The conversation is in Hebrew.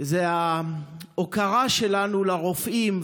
זה ההוקרה שלנו לרופאים,